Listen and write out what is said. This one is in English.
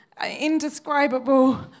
Indescribable